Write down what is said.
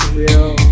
real